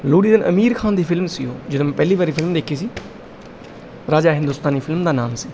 ਲੋਹੜੀ ਦੇ ਦਿਨ ਅਮੀਰ ਖਾਨ ਦੀ ਫ਼ਿਲਮ ਸੀ ਉਹ ਜਦੋਂ ਮੈਂ ਪਹਿਲੀ ਵਾਰੀ ਫ਼ਿਲਮ ਦੇਖੀ ਸੀ ਰਾਜਾ ਹਿੰਦੁਸਤਾਨੀ ਫ਼ਿਲਮ ਦਾ ਨਾਮ ਸੀ